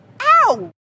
ow